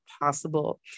possible